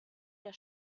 der